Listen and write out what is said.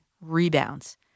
rebounds